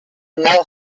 mer